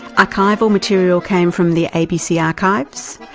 archival material came from the abc archives.